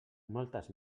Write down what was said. moltes